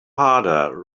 harder